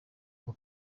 nka